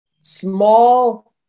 small